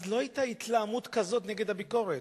אז לא היתה התלהמות כזאת נגד הביקורת.